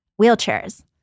wheelchairs